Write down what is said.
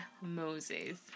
Moses